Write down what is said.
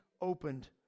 opened